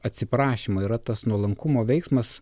atsiprašymo yra tas nuolankumo veiksmas